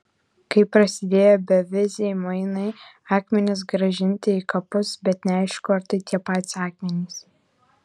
kai prasidėjo beviziai mainai akmenys grąžinti į kapus bet neaišku ar tai tie patys akmenys